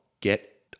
get